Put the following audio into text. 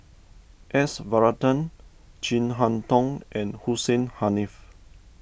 S Varathan Chin Harn Tong and Hussein Haniff